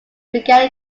began